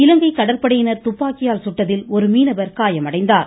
இலங்கை கடற்படையினர் துப்பாக்கியால் சுட்டதில் ஒரு மீனவர் காயமடைந்தார்